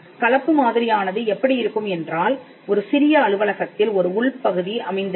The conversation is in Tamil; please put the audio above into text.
கலப்பு மாதிரியானது எப்படி இருக்கும் என்றால் ஒரு சிறிய அலுவலகத்தில் ஒரு உள்பகுதி அமைந்திருக்கும்